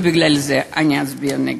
בגלל זה אני אצביע נגד.